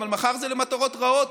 אבל מחר זה יהיה למטרות רעות.